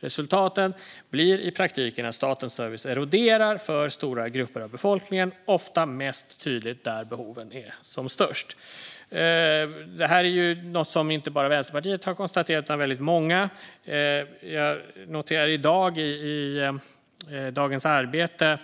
Resultatet blir i praktiken att statens service eroderar för stora grupper av befolkningen. Det är ofta mest tydligt där behoven är som störst. Det är något som inte bara Vänsterpartiet har konstaterat, utan det är många som har gjort det. Jag noterade i dag en ledare av Helle Klein i Dagens Arbete,